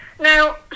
Now